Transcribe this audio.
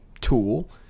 tool